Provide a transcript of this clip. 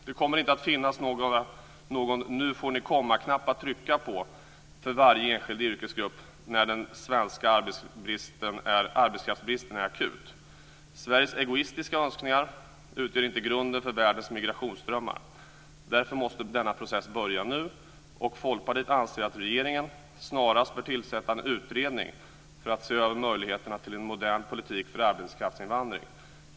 Det kommer inte att finns någon "nu-får-ni-komma-knapp" att trycka på för varje enskild yrkesgrupp när den svenska arbetskraftsbristen blir akut. Sveriges egoistiska önskningar utgör inte grunden för världens migrationsdrömmar. Därför måste denna process börja nu. Folkpartiet anser att regeringen snarast bör tillsätta en utredning för att se över möjligheterna till en modern politik för arbetskraftsinvandring.